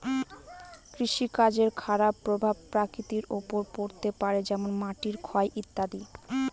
কৃষিকাজের খারাপ প্রভাব প্রকৃতির ওপর পড়তে পারে যেমন মাটির ক্ষয় ইত্যাদি